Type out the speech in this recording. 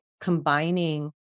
combining